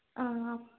അ